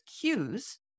cues